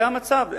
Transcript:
זה המצב.